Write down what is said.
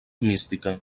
mística